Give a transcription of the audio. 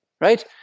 right